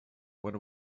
when